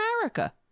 America